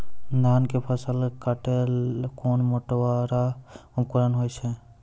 धान के फसल काटैले कोन मोटरवाला उपकरण होय छै?